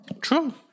True